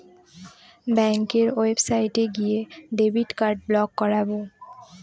ব্যাঙ্কের ওয়েবসাইটে গিয়ে ডেবিট কার্ড ব্লক করাবো